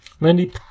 Lindy